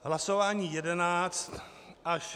Hlasování jednáct až...